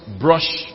brush